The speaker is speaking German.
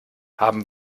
haben